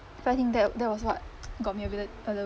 so I think that that was what got me a bit a little